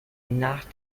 nach